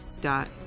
dot